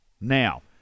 Now